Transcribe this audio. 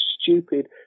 stupid